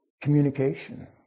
communication